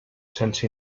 sense